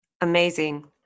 Amazing